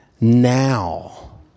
now